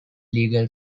legal